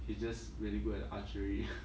he just really good at archery